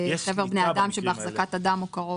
חבר בני אדם שבהחזקת אדם או קרוב".